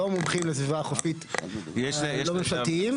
לא מומחים לסביבה החופית לא ממשלתיים.